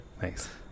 Thanks